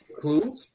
clue